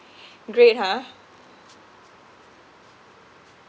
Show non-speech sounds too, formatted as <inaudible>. <breath> great ha